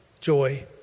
joy